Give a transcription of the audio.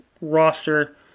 roster